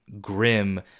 grim